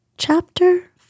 Chapter